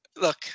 look